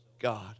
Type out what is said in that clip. God